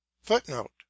footnote